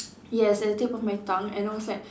yes at the tip of my tongue and I was like